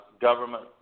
government